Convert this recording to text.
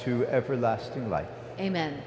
to everlasting life amen